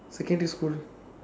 secondary school